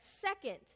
second